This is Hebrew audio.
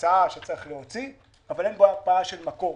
הוצאה שצריך להוציא, אבל אין בו ה --- של מקור.